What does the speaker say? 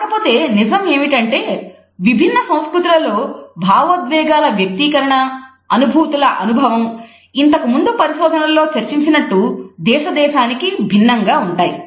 కాకపోతే నిజం ఏమిటంటే విభిన్న సంస్కృతుల లో భావోద్వేగాల వ్యక్తీకరణ అనుభూతుల అనుభవం ఇంతకుముందు పరిశోధనలో చర్చించినట్టు దేశ దేశానికి భిన్నంగా ఉంటాయి